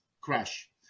crash